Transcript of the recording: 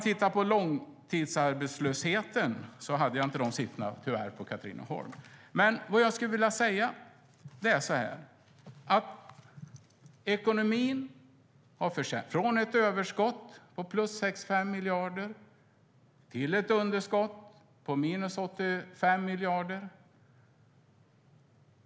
Jag har tyvärr inte siffrorna för långtidsarbetslösheten i Katrineholm. Ekonomin har gått från ett överskott på 65 miljarder till ett underskott på 85 miljarder.